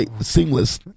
seamless